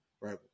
right